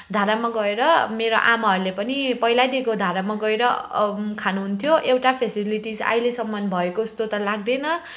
धारामा गएर मेरो आमाहरूले पनि पहिल्यैदेखिको धारामा गएर खानुहुन्थ्यो एउटा फेसिलिटिस अहिलेसम्म भएको जस्तो त लाग्दैन